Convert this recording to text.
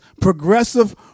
Progressive